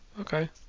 Okay